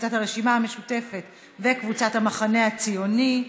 קבוצת הרשימה המשותפת וקבוצת המחנה הציוני.